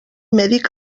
mèdic